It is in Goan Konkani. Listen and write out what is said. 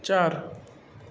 चार